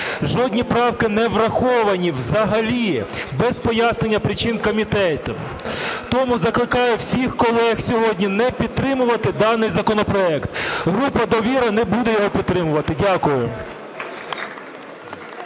жодні правки не враховані взагалі без пояснення причин комітетом. Тому закликаю всіх колег сьогодні не підтримувати даний законопроект. Група "Довіра" не буде його підтримувати. Дякую.